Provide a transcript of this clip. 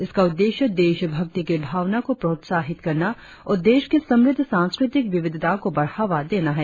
इसका उद्देश्य देशभक्ति की भावना को प्रोत्साहित करना और देश की समृद्ध सांस्कृतिक विविधता को बढ़ावा देना है